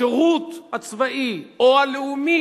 והשירות הצבאי או הלאומי,